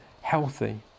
healthy